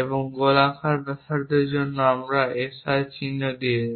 এবং গোলাকার ব্যাসার্ধের জন্য আমরা SR চিহ্ন দিয়ে যাই